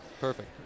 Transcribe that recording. Perfect